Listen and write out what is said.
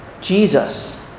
Jesus